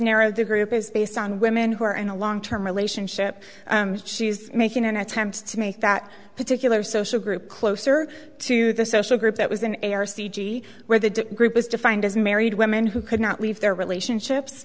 narrowed the group is based on women who are in a long term relationship she's making an attempt to make that particular social group closer to the social group that was an heiress e g where the group is defined as married women who could not leave their relationships